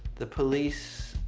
the police